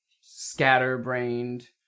scatterbrained